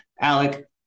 Alec